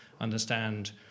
Understand